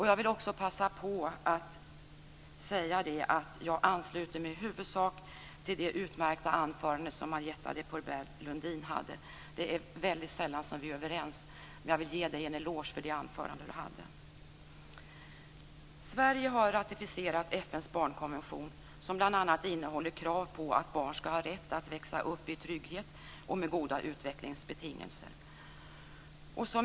Jag vill också passa på att säga att jag i huvudsak ansluter mig till det utmärkta anförande som Marietta de Pourbaix-Lundin höll. Det är väldigt sällan vi är överens, men jag vill ge henne en eloge för hennes anförande. Sverige har ratificerat FN:s barnkonvention, som bl.a. innehåller krav på att barn skall ha rätt att växa upp i trygghet och med goda utvecklingsbetingelser.